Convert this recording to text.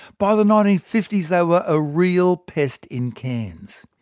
by the nineteen fifty s, they were a real pest in cairns.